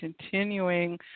continuing